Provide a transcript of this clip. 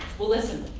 will listen.